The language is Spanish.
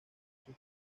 ser